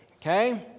Okay